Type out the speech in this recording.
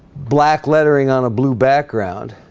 black lettering on a blue background,